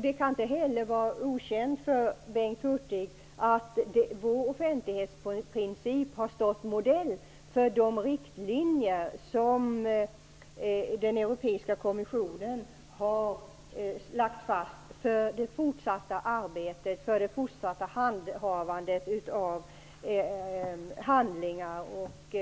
Det kan inte heller vara okänt för Bengt Hurtig att vår offentlighetsprincip har tjänat som modell för de riktlinjer som den europeiska kommissionen har lagt fast för det fortsatta arbetet när det gäller handlingar och